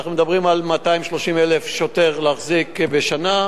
אנחנו מדברים על 230,000 שוטרים להחזיק בשנה,